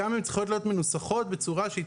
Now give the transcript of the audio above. גם הן צריכות להיות מנוסחות בצורה שהיא